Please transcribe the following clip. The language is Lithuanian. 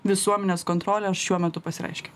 visuomenės kontrolė šiuo metu pasireiškia